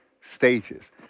stages